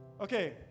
Okay